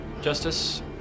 Justice